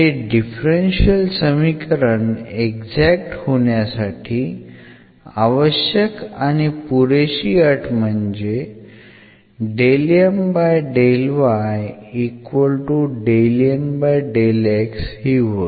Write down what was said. हे डिफरन्शियल समीकरण एक्झॅक्ट होण्यासाठी आवश्यक आणि पुरेशी अट म्हणजे ही होय